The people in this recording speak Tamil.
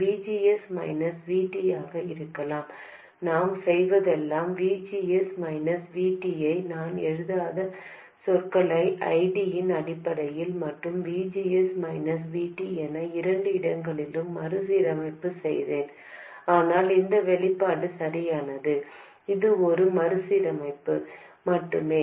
V G S minus V T ஆக இருக்கலாம் நான் செய்ததெல்லாம் V G S minus V T ஐ நான் எழுதாத சொற்களை I D இன் அடிப்படையில் மட்டும் V G S minus V T என இரண்டு இடங்களிலும் மறுசீரமைப்பு செய்தேன் ஆனால் இந்த வெளிப்பாடு சரியானது இது ஒரு மறுசீரமைப்பு மட்டுமே